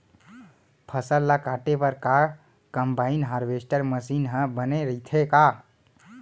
फसल ल काटे बर का कंबाइन हारवेस्टर मशीन ह बने रइथे का?